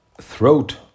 throat